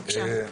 בבקשה.